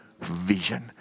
vision